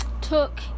took